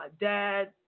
dad